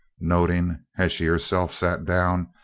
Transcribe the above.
noting, as she herself sat down,